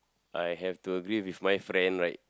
I have to agree with my friend right